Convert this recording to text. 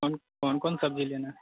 कौन कौन कौन सब्जी लेना है